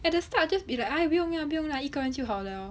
at the start just be like ah 不用啦不用啦一个人就好了 ah